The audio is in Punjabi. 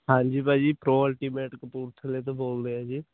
ਹਾਂਜੀ ਭਾਜੀ ਪ੍ਰੋ ਅਲਟੀਮੇਟ ਕਪੂਰਥਲੇ ਤੋਂ ਬੋਲਦੇ ਹਾਂ ਜੀ